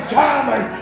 common